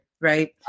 Right